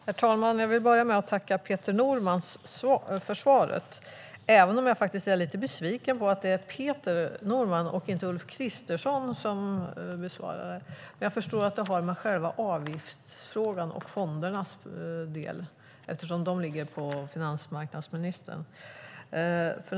Herr talman! Jag vill börja med att tacka Peter Norman för svaret, även om jag är lite besviken på att det är Peter Norman och inte Ulf Kristersson som besvarar interpellationen. Jag förstår att det har med avgiftsfrågan och fonderna att göra. De ligger inom finansmarknadsministerns ansvarsområde.